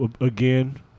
again